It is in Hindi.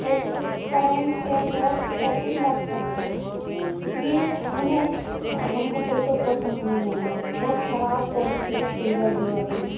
तो उसको करेंट या सॉट सर्केट लग सकता था इसलिए कूलर हमको बिल्कुल पसंद नहीं आया बहुत खराब क्वालिटी का कूलर दिया उसने